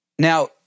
Now